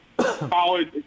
college